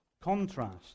contrast